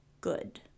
good